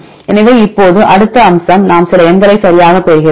எனவே இப்போது அடுத்த அம்சம் நாம் சில எண்களை சரியாகப் பெறுகிறோம்